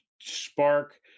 spark